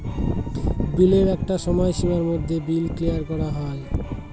বিলের একটা সময় সীমার মধ্যে বিল ক্লিয়ার করা হয়